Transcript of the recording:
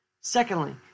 Secondly